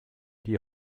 die